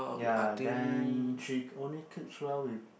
ya then she only clicks well with